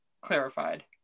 clarified